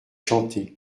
chanté